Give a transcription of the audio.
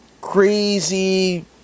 crazy